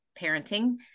parenting